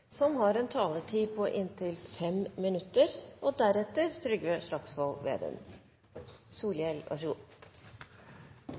som har en taletid på inntil 7 minutter.